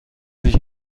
sich